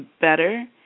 better